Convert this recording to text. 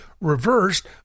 reversed